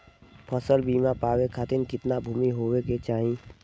फ़सल बीमा पावे खाती कितना भूमि होवे के चाही?